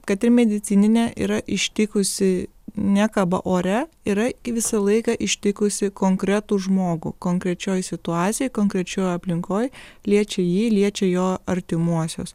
kad ir medicininė yra ištikusi ne kabo ore yra visą laiką ištikusi konkretų žmogų konkrečioj situacijoj konkrečioj aplinkoj liečia jį liečia jo artimuosius